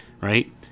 right